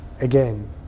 again